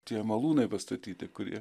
tie malūnai pastatyti kurie